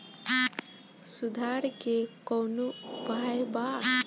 सुधार के कौनोउपाय वा?